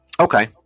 Okay